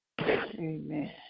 Amen